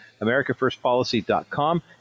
AmericaFirstPolicy.com